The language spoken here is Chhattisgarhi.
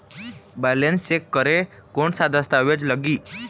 बैलेंस चेक करें कोन सा दस्तावेज लगी?